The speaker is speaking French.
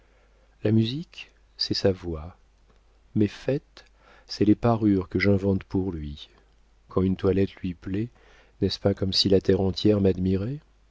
la musique c'est sa voix mes fêtes ce sont les parures que j'invente pour lui quand une toilette lui plaît n'est-ce pas comme si la terre entière m'admirait